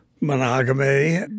monogamy